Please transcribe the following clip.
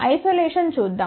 isolation చూద్దాం